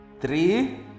three